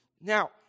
Now